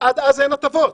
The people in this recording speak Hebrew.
עד אז אין הטבות.